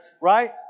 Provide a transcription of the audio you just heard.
right